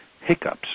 hiccups